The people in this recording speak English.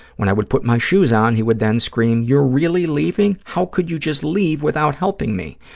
when i would put my shoes on, he would then scream, you're really leaving? how could you just leave without helping me?